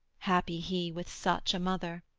happy he with such a mother!